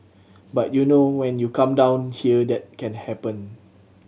but you know when you come down here that can happen